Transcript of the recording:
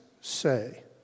say